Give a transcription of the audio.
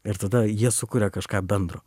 ir tada jie sukuria kažką bendro